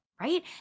right